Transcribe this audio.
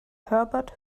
herbert